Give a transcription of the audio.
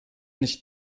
nicht